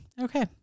Okay